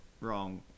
wrong